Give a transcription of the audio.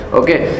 okay